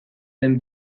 den